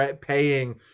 paying